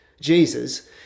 Jesus